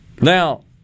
Now